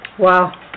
Wow